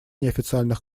неофициальных